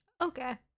Okay